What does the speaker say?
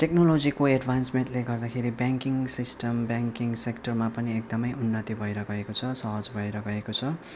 टेक्नोलोजीको एड्भान्समेन्टले गर्दाखेरि ब्याङ्किङ सिस्टम ब्याङ्किङ सेक्टरमा पनि एकदमै उन्नति भएर गएको छ सहज भएर गएको छ